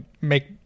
make